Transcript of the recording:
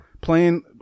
playing